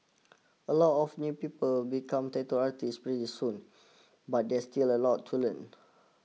a lot of new people become tattoo artists pretty soon but there's still a lot to learn